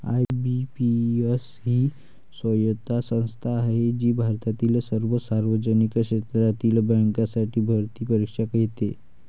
IBPS ही स्वायत्त संस्था आहे जी भारतातील सर्व सार्वजनिक क्षेत्रातील बँकांसाठी भरती परीक्षा घेते